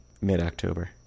mid-october